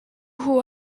who